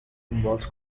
involves